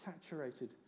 saturated